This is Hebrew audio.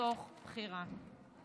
מתוך בחירה.